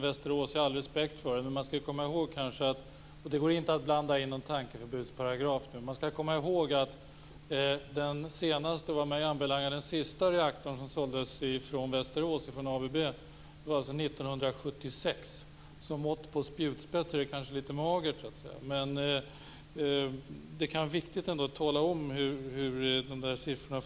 Jag har all respekt för spjutspetsteknologin i Västerås, men man skall kanske komma ihåg att den senaste och vad mig anbelangar den sista reaktorn från dåvarande ASEA i Västerås såldes 1976. Som mått på spjutspets är detta litet magert. Det är viktigt att tala om hur det förhåller sig med dessa uppgifter.